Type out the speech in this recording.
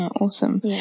Awesome